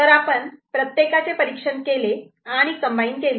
तर आपण प्रत्येक याचे परीक्षण केले आणि कम्बाईन केले